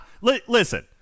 Listen